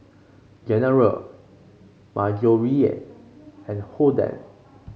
General Marjorie and Holden